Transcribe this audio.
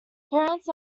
parents